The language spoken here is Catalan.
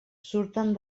surten